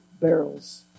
barrels